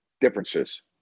differences